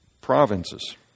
provinces